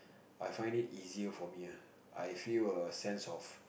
I find it easier for me ah I feel a sense of